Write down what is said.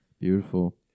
Beautiful